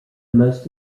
most